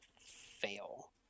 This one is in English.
fail